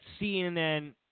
CNN